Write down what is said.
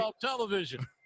Television